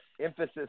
emphasis